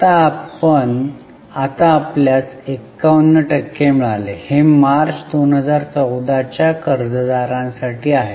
तर आता आपल्यास 51 टक्के मिळाले हे मार्च 14 च्या कर्जदारांसाठी आहे